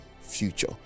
future